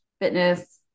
fitness